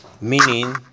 Meaning